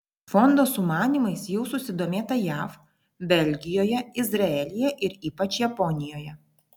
fondo sumanymais jau susidomėta jav belgijoje izraelyje ir ypač japonijoje